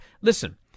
Listen